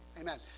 Amen